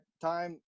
time